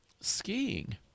skiing